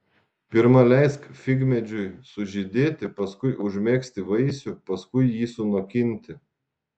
pirma leisk figmedžiui sužydėti paskui užmegzti vaisių paskui jį sunokinti